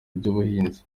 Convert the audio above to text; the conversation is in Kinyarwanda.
by’ubuhinzi